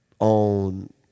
own